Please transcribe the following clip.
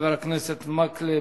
חבר הכנסת מקלב,